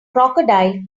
crocodile